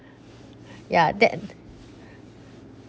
ya that